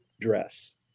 dress